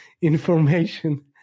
information